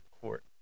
court